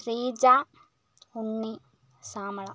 Sreeja Unni Shyamala